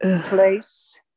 Place